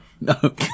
no